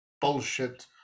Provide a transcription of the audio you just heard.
bullshit